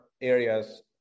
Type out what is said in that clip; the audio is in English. areas